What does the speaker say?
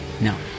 No